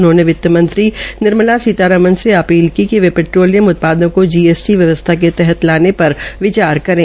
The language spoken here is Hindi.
उन्होंने वित्तमंत्री निर्मला रमण से अपील की कि वे पेट्रोलियम उत्पादों को जीएसटी व्यवसथा के तहत लाने पर विचार करें